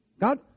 God